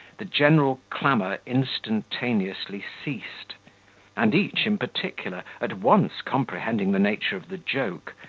the general clamour instantaneously ceased and each, in particular, at once comprehending the nature of the joke,